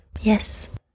Yes